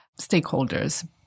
stakeholders